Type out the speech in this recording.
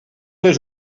les